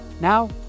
Now